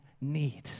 need